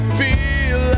feel